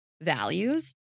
values